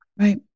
Right